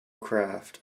craft